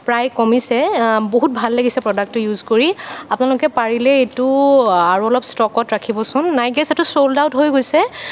প্ৰায় কমিছে বহুত ভাল লাগিছে প্ৰডাক্টটো ইউজ কৰি আপোনালোকে পাৰিলে এইটো আৰু অলপ ষ্টকত ৰাখিবচোন আই গেছ এইটো ছ'ল্ড আউট হৈ গৈছে